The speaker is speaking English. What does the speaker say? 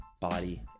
body